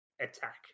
attack